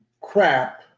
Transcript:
crap